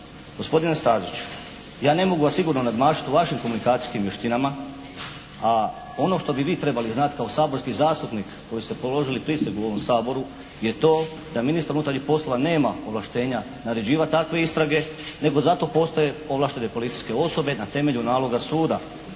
Gospodine Stazić ja ne mogu vas sigurno nadmašiti u vašim komentacijskim vještinama, a ono što bi vi trebali znati kao saborski zastupnik, koji ste položili prisegu u ovom Saboru je to da ministar unutarnjih poslova nema ovlaštenja naređivati takve istrage. Nego za to postoje ovlaštene policijske osobe na temelju naloga suda.